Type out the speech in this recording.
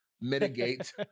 mitigate